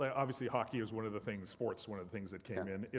ah obviously, hockey is one of the things, sport's one of the things that came in.